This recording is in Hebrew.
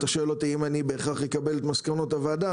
אתה שואל אותי אם בהכרח אקבל את מסקנות הוועדה,